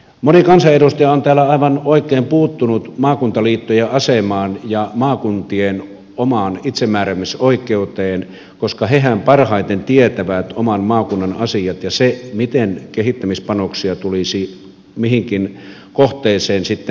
moni kansanedustaja on täällä aivan oikein puuttunut maakuntaliittojen asemaan ja maakuntien omaan itsemääräämisoikeuteen koska hehän parhaiten tietävät oman maakuntansa asiat ja sen miten kehittämispanoksia tulisi mihinkin kohteeseen kohdentaa